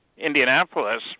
Indianapolis